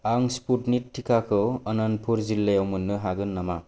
आं स्पुटनिक टिकाखौ अनन्तपुर जिल्लायाव मोन्नो हागोन नामा